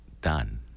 done